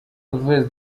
alves